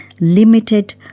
limited